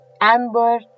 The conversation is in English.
Amber